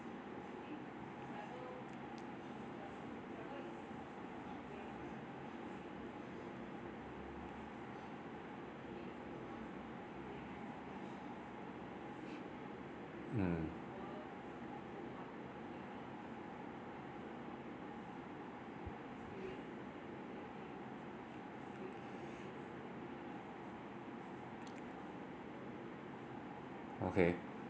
mm okay